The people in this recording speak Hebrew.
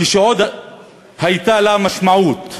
כשעוד הייתה לה משמעות,